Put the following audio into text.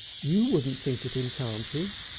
you wouldn't think it enchanted!